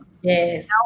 Yes